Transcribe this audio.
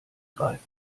greift